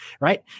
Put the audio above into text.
right